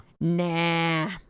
Nah